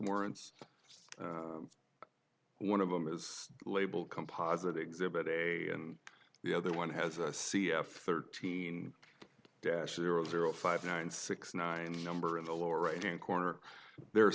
warrants one of them is labeled composite exhibit a and the other one has a c f thirteen zero five nine six nine number in the lower right hand corner there